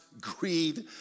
greed